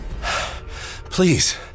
Please